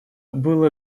было